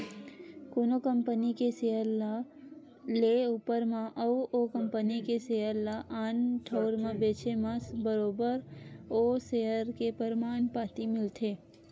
कोनो कंपनी के सेयर ल लेए ऊपर म अउ ओ कंपनी के सेयर ल आन ठउर म बेंचे म बरोबर ओ सेयर के परमान पाती मिलथे